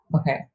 Okay